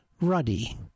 Ruddy